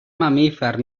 mamífer